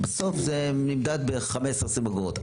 בסוף זה נמדד ב-15 או 20 אגורות.